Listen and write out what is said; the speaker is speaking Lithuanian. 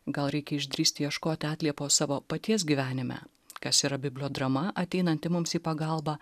gal reikia išdrįsti ieškoti atliepo savo paties gyvenime kas yra bibliodrama ateinanti mums į pagalbą